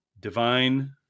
divine